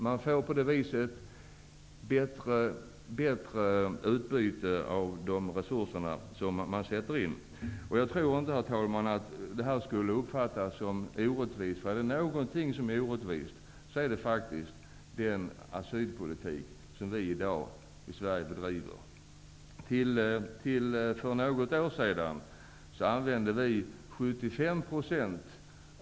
Man får på det viset bättre utbyte av de resurser som man sätter in. Jag tror inte, herr talman, att det skulle uppfattas som orättvist. Är det någonting som är orättvist är det den asylpolitik som vi bedriver i Sverige i dag.